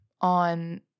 on